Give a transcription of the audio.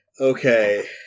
Okay